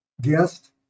guest